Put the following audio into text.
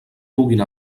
puguin